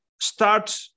start